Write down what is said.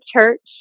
church